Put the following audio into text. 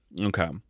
Okay